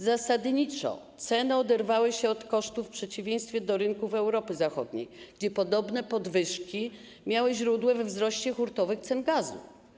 Zasadniczo u nas ceny oderwały się od kosztów w przeciwieństwie do rynków Europy Zachodniej, gdzie podobne podwyżki miały źródła we wzroście hurtowych cen gazu.